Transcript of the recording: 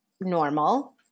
normal